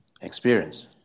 experience